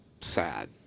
sad